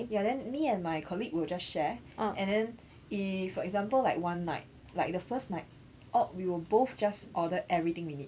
ya then me and my colleague will just share and then if for example like one night like the first night or we will both just order everything we need